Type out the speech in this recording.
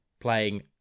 playing